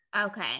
Okay